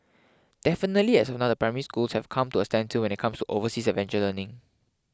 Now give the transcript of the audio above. definitely as of now the Primary Schools have come to a standstill when it comes to overseas adventure learning